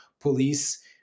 police